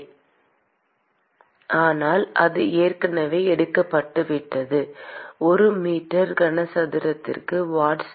மாணவர் ஆனால் அது ஏற்கனவே எடுக்கப்பட்டது சரி ஒரு மீட்டர் கனசதுரத்திற்கு வாட்ஸ்